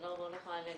אני לא יכולה להגיד.